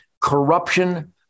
corruption